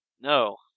No